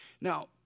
Now